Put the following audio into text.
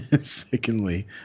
Secondly